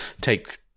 take